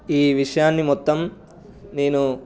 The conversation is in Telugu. ఈ విషయాన్ని మొత్తం నేను